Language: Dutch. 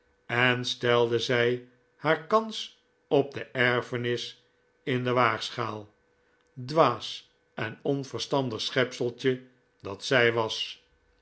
en stelde zij haar kans op de erfenis in de waagschaal dwaas en onverstandig schepseltje dat zij was